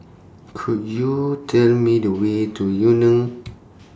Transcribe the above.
Could YOU Tell Me The Way to Yu Neng